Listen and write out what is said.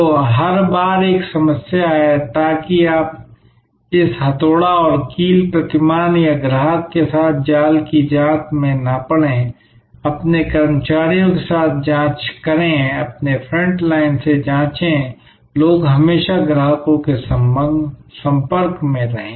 तो हर बार एक समस्या है ताकि आप इस हथौड़ा और कील प्रतिमान या ग्राहक के साथ जाल की जांच में न पड़ें अपने कर्मचारियों के साथ जांच करें अपनी फ्रंट लाइन से जांचें लोग हमेशा ग्राहकों के संपर्क में रहें